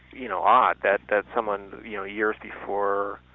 you know, odd, that that someone, you know years before